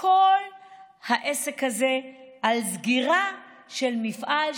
כל העסק הזה על סגירה של מפעל.